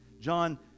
John